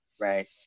right